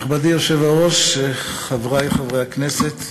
נכבדי היושב-ראש, חברי חברי הכנסת,